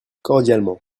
cordialement